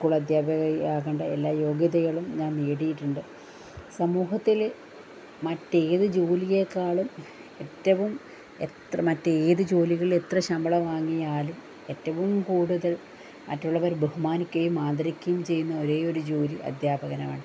school അധ്യാപിക ആകണ്ട എല്ലാ യോഗ്യതകളും ഞാൻ നേടിയിട്ടുണ്ട് സമൂഹത്തിലെ മറ്റ് ഏത് ജോലിയേക്കാളും ഏറ്റവും എത്ര മറ്റ് ഏത് ജോലികളിൽ എത്ര ശമ്പളം വാങ്ങിയാലും ഏറ്റവും കൂടുതൽ മറ്റുള്ളവർ ബഹുമാനിക്കുകയും ആദരിക്കുകയും ചെയ്യുന്ന ഒരേ ഒരു ജോലി അധ്യാപകനമാണ്